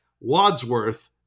Wadsworth